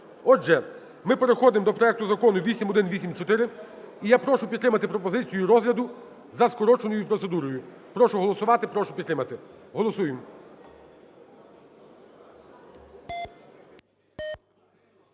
Отже, ми переходимо до проекту Закону 8184, і я прошу підтримати пропозицію розгляду за скороченою процедурою. Прошу голосувати. Прошу підтримати. Голосуємо.